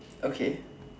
okay